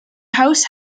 house